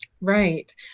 Right